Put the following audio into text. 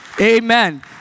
Amen